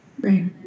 Right